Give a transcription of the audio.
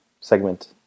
segment